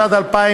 2),